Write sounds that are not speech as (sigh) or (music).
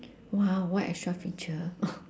!wow! what extra feature (noise)